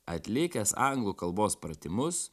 atlikęs anglų kalbos pratimus